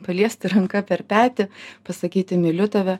paliesti ranka per petį pasakyti myliu tave